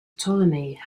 ptolemy